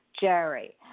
Jerry